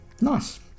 nice